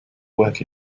work